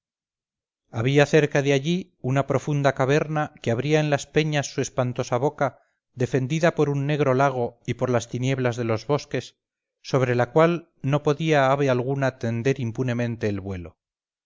había cerca de allí una profunda caverna que abría en las peñas su espantosa boca defendida por un negro lago y por las tinieblas de los bosques sobre la cual no podía ave alguna tender impunemente el vuelo